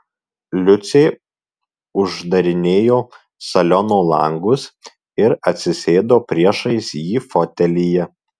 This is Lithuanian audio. liucė uždarinėjo saliono langus ir atsisėdo priešais jį fotelyje